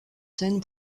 scène